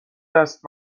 دست